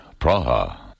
Praha